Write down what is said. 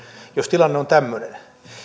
jos tilanne on tämmöinen keskustelua